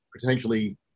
potentially